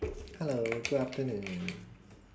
hello good afternoon